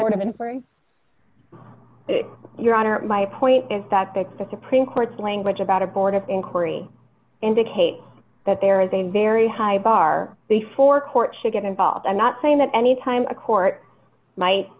sort of been free your honor my point is that that's the supreme court's language about a board of inquiry indicate that there is a very high bar before court should get involved i'm not saying that any time a court might